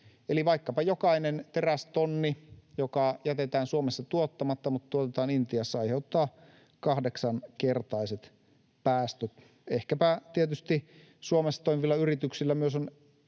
Eli vaikkapa jokainen terästonni, joka jätetään Suomessa tuottamatta mutta tuotetaan Intiassa, aiheuttaa kahdeksankertaiset päästöt. Ehkäpä tietysti Suomessa toimivilla yrityksillä myös on